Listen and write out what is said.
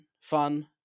fun